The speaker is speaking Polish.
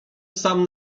sam